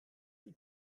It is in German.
die